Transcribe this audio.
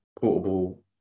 portable